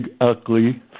ugly